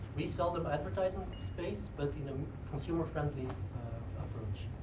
we sell them advertisement space, but in a consumer-friendly approach.